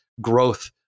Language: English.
growth